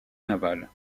navale